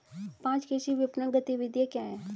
पाँच कृषि विपणन गतिविधियाँ क्या हैं?